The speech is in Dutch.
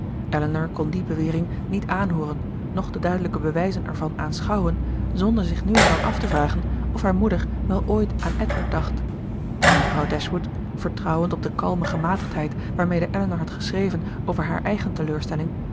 elinor kon die bewering niet aanhooren noch de duidelijke bewijzen ervan aanschouwen zonder zich nu en dan af te vragen of haar moeder wel ooit aan edward dacht maar mevrouw dashwood vertrouwend op de kalme gematigdheid waarmede elinor had geschreven over haar eigen teleurstelling